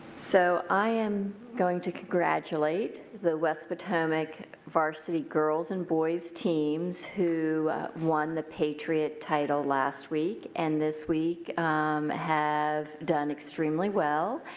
so i am going to congratulate the west potomac varsity girls and boys teams who won the patriot title last week and this week have done extremely well.